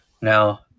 Now